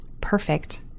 perfect